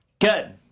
Good